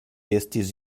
estis